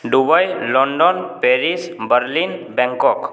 Dubai London Paris Berlin Bangkok